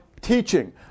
teaching